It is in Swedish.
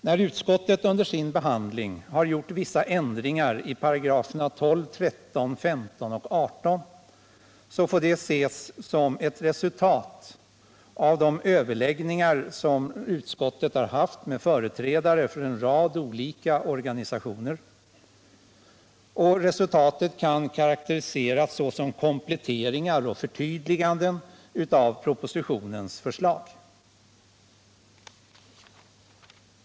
När utskottet under sin behandling har gjort vissa ändringar i paragraferna 12, 13, 15 och 18 får detta ses som ett resultat av de överläggningar som utskottet har haft med företrädare för en rad olika organisationer, och resultatet kan karakteriseras som kompletteringar och förtydliganden av propositionens förslag.